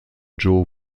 joe